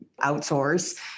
outsource